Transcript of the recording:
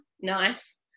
Nice